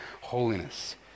holiness